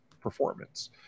performance